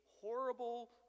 horrible